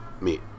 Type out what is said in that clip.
meet